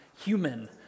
human